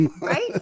right